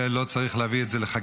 את זה לא צריך להביא בחקיקה,